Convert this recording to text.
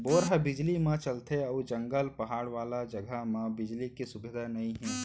bore ह बिजली म चलथे अउ जंगल, पहाड़ वाला जघा म बिजली के सुबिधा नइ हे